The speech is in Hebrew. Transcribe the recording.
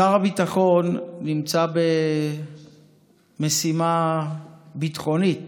שר הביטחון נמצא במשימה ביטחונית